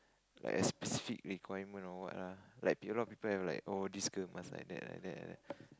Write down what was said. like specific requirement or what lah like you know people have like oh this girl must like that like that like that